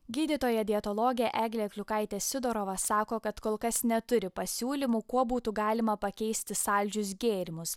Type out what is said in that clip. gydytoja dietologė eglė kliukaitė sidorova sako kad kol kas neturi pasiūlymų kuo būtų galima pakeisti saldžius gėrimus